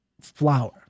flower